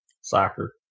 Soccer